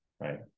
right